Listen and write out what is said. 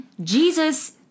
Jesus